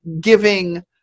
giving